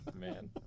Man